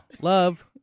Love